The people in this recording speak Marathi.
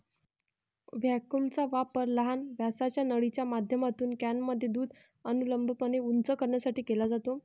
व्हॅक्यूमचा वापर लहान व्यासाच्या नळीच्या माध्यमातून कॅनमध्ये दूध अनुलंबपणे उंच करण्यासाठी केला जातो